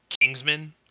Kingsman